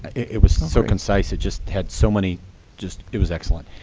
it was so concise. it just had so many just, it was excellent.